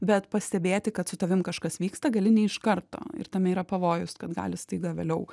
bet pastebėti kad su tavim kažkas vyksta gali ne iš karto ir tame yra pavojus kad gali staiga vėliau